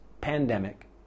pandemic